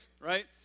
right